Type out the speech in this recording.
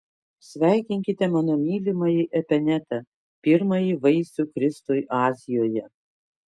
sveikinkite mano mylimąjį epenetą pirmąjį vaisių kristui azijoje